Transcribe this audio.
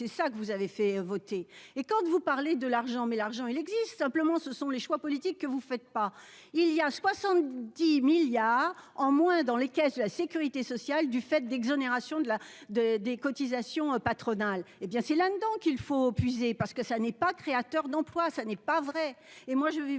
c'est ça que vous avez fait voter et quand vous parlez de l'argent, mais l'argent il existe. Simplement, ce sont les choix politiques que vous faites pas il y a 70 milliards en moins dans les caisses de la Sécurité sociale, du fait d'exonération de la, de, des cotisations patronales. Hé bien si là-donc il faut puiser parce que ça n'est pas créateur d'emplois, ça n'est pas vrai.